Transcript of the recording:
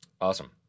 Awesome